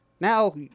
Now